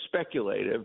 speculative